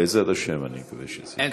בעזרת השם, אני מקווה שזה, אין